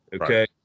okay